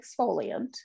exfoliant